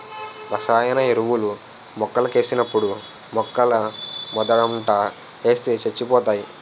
రసాయన ఎరువులు మొక్కలకేసినప్పుడు మొక్కలమోదంట ఏస్తే సచ్చిపోతాయి